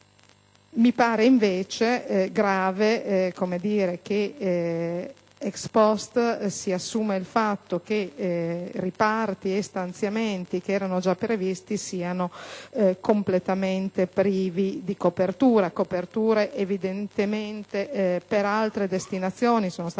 Mi pare invece grave che *ex post* si assuma il fatto che riparti e stanziamenti, che erano già previsti, siano completamente privi di copertura; copertura che è stata trovata per altre destinazioni. Le citate